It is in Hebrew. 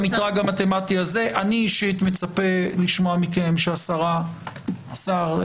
אני אישית מצפה לשמוע מכם שהשרה והשר,